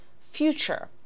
future